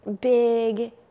big